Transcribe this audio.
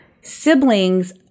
siblings